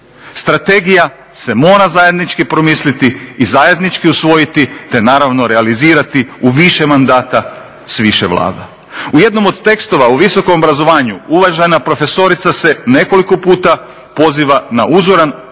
Strategija se mora zajednički promisliti i zajednički usvojiti te naravno realizirati u više mandata s više vlada. U jednom od tekstova u visokom obrazovanju uvažena profesorica se nekoliko puta poziva na uzoran